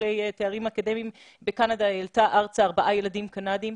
אחרי תארים אקדמאיים בקנדה העלתה ארצה ארבעה ילדים קנדים.